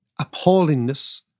appallingness